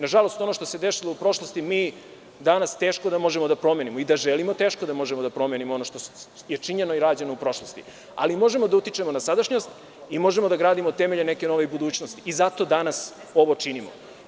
Nažalost, ono što se desilo u prošlosti, mi danas teško da možemo da promenimo i da želimo, teško da možemo da promenimo ono što je činjeno i rađeno u prošlosti, ali možemo da utičemo na sadašnjost i možemo da gradimo temelje neke nove budućnosti i zato danas ovo činimo.